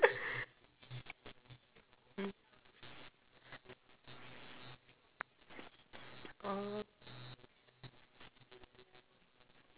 oh